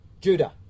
Judah